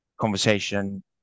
conversation